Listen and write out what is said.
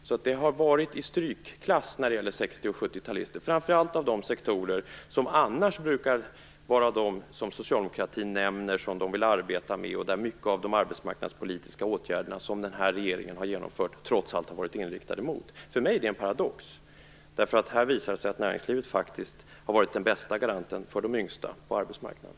60 och 70-talister har alltså varit i strykklass, framför allt i de sektioner som annars brukar vara de som socialdemokratin nämner som dem som man vill arbeta med och som mycket av de arbetsmarknadspolitiska åtgärder som den nuvarande regeringen har genomfört trots allt har varit inriktade mot. För mig är det en paradox. Här visar det sig att näringslivet faktiskt har varit den bästa garanten för de yngsta på arbetsmarknaden.